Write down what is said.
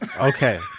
Okay